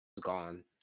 gone